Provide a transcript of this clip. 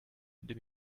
deux